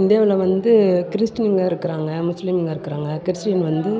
இந்தியாவில் வந்து கிறிஸ்ட்டினுங்க இருக்கிறாங்க முஸ்லீம்ங்க இருக்கிறாங்க கிறிஸ்ட்டின் வந்து